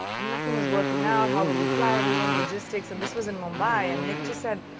and nothing was working out. how will we fly everyone? logistics. and this was in mumbai. and nick just said,